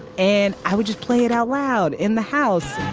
and i would just play it out loud in the house